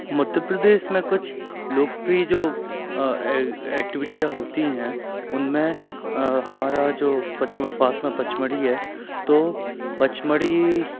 मद्ध प्रदेश में कुछ लोकप्रिय जो एक्टिविटियाँ होती हैं उनमें हमारा जो पच पास में पचमणी है तो पचमणी